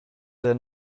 denn